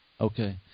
Okay